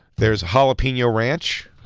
there's jalapeno ranch